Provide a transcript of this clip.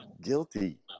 guilty